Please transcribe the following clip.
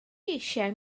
eisiau